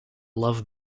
love